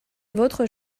votre